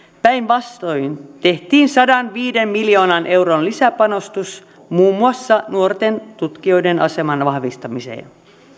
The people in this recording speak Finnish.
päinvastoin tehtiin sadanviiden miljoonan euron lisäpanostus muun muassa nuorten tutkijoiden aseman vahvistamiseen